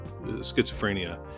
schizophrenia